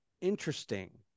interesting